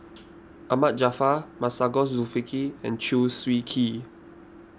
Ahmad Jaafar Masagos Zulkifli and Chew Swee Kee